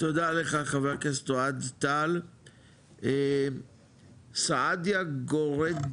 תודה לך חבר הכנסת אוהד טל סעדיה גורדצקי.